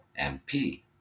MP